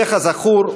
וכזכור,